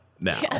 Now